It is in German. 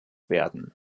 werden